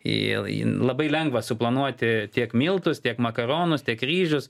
labai lengva suplanuoti tiek miltus tiek makaronus tiek ryžius